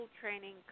training